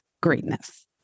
greatness